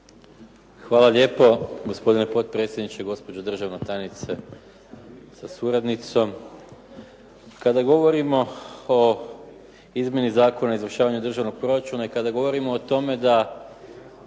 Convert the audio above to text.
Hvala lijepo gospodine potpredsjedniče, gospođo državna tajnice sa suradnicom. Kada govorimo o izmjeni Zakona o izvršavanju državnog proračuna i kada govorimo da